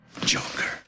joker